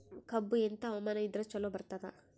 ಕಬ್ಬು ಎಂಥಾ ಹವಾಮಾನ ಇದರ ಚಲೋ ಬರತ್ತಾದ?